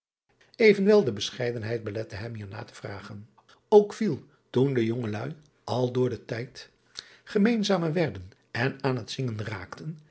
venwel de bescheidenheid belette hem hier na te vragen ok viel toen de jongeluî al door den tijd gemeenzamer werden en aan het zingen raakten